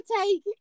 take